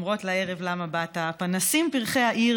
נוגות / אומרות לערב 'למה באת?' // הפנסים פרחי העיר